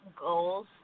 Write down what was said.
goals